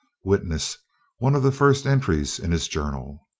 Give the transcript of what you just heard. witness one of the first entries in his journal